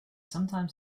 sometimes